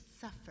suffer